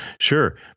Sure